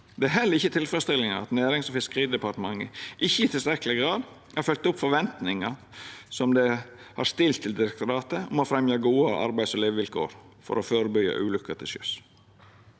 Det er heller ikkje tilfredsstillande at Nærings- og fiskeridepartementet ikkje i tilstrekkeleg grad har følgt opp forventningane som vart stilte til direktoratet, om å fremja gode arbeids- og levevilkår for å førebyggja ulukker til sjøs.